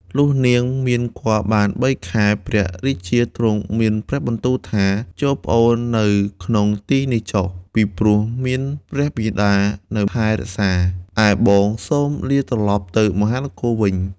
លុះនាងមានគភ៌‌បានបីខែព្រះរាជាទ្រង់មានព្រះបន្ទូលថា ចូរប្អូននៅក្នុងទីនេះចុះ ពីព្រោះមានព្រះមាតានៅថែរក្សា ឯបងសូមលាត្រលប់ទៅមហានគរវិញ។